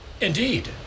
Indeed